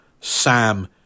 Sam